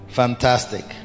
fantastic